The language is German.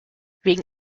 wegen